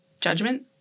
judgment